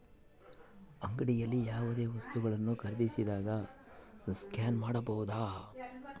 ಅಂಗಡಿಯಲ್ಲಿ ಯಾವುದೇ ವಸ್ತುಗಳನ್ನು ಖರೇದಿಸಿದಾಗ ಸ್ಕ್ಯಾನ್ ಮಾಡಬಹುದಾ?